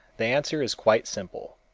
the answer is quite simple.